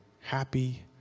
happy